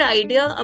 idea